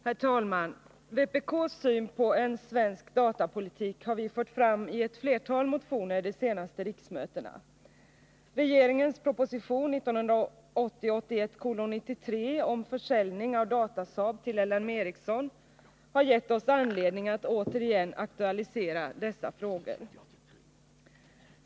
Herr talman! Vpk:s syn på en svensk datapolitik har vi fört fram i ett flertal motioner vid de senaste riksmötena. Regeringens proposition 1980/81:93 om försäljning av Datasaab till L M Ericsson har gett oss anledning att återigen aktualisera dessa frågor.